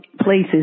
places